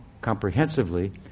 comprehensively